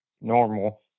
normal